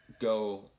go